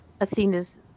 Athena's